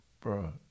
Bro